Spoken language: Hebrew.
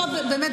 עכשיו באמת,